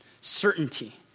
certainty